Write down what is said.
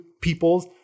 peoples